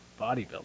bodybuilding